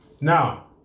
Now